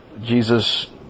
jesus